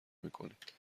میکنید